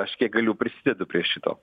aš kiek galiu prisidedu prie šito